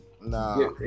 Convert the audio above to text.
nah